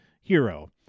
Hero